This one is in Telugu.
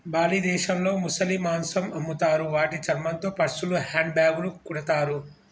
బాలి దేశంలో ముసలి మాంసం అమ్ముతారు వాటి చర్మంతో పర్సులు, హ్యాండ్ బ్యాగ్లు కుడతారు